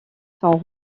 sont